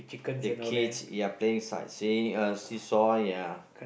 the kids they're play inside seeing us see-saw ya